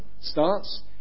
starts